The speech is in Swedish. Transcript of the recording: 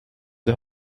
det